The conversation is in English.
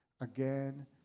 again